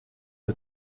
you